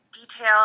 detail